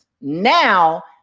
Now